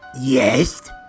Yes